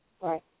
Right